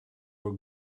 for